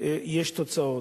יש תוצאות.